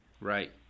Right